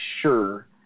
sure